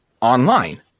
online